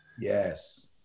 Yes